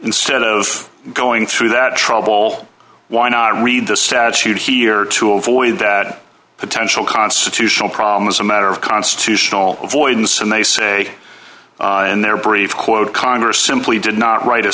instead of going through that trouble why not read the statute here to avoid that potential constitutional problem as a matter of constitutional avoidance and they say and their brief quote congress simply did not write a